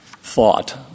thought